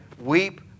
weep